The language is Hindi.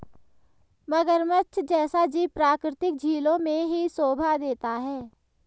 मगरमच्छ जैसा जीव प्राकृतिक झीलों में ही शोभा देता है